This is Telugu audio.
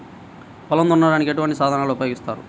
పొలం దున్నడానికి ఎటువంటి సాధనాలు ఉపకరిస్తాయి?